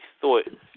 thought